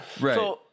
Right